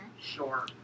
Sure